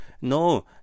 No